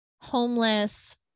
homeless